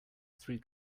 three